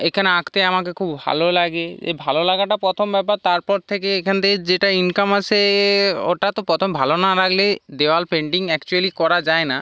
এখানে আঁকতে আমাকে খুব ভালো লাগে এই ভালো লাগাটা প্রথম ব্যাপার তারপর থেকে এখান থেকে যেটা ইনকাম আসে ওটা তো প্রথম ভালো না লাগলে দেওয়াল পেন্টিং অ্যাকচুয়েলি করা যায় না